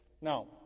Now